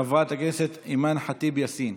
חברת הכנסת אימאן ח'טיב יאסין,